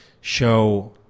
show